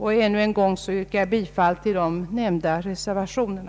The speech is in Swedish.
Än en gång yrkar jag, herr talman, bifall till de nämnda reservationerna.